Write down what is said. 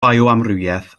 bioamrywiaeth